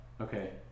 Okay